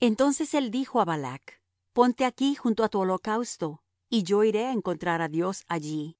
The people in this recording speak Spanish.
entonces él dijo á balac ponte aquí junto á tu holocausto y yo iré á encontrar á dios allí